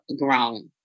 grown